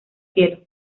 cielo